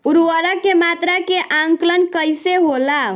उर्वरक के मात्रा के आंकलन कईसे होला?